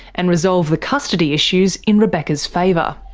and resolve the custody issues in rebecca's favour.